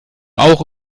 auch